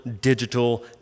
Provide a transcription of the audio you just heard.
digital